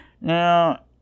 Now